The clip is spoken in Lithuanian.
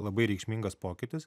labai reikšmingas pokytis